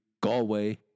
Galway